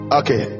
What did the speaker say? okay